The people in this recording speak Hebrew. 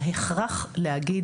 להכרח להגיד,